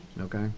okay